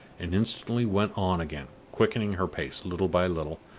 and instantly went on again, quickening her pace little by little,